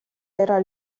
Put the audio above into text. era